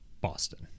Boston